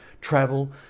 travel